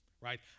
right